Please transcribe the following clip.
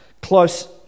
close